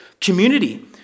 Community